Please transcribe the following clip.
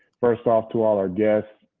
first off to all our guests,